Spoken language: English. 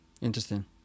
Interesting